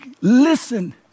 listen